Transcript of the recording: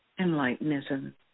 Enlightenism